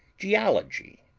geology,